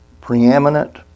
preeminent